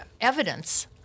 evidence